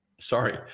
sorry